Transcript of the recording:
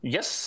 Yes